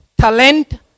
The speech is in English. Talent